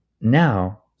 now